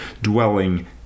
dwelling